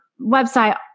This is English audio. website